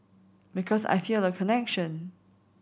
because I feel a connection